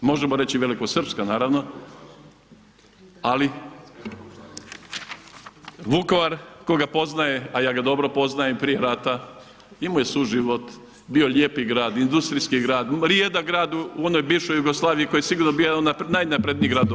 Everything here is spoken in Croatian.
Možemo reći i velikosrpska, naravno, ali Vukovar, tko ga poznaje, a ja ga dobro poznajem prije rata, imao je suživot, bio lijepi grad, industrijski grad, rijedak grad u onoj bivšoj Jugoslaviji koji je sigurno bio jedan od najnaprednijih gradova.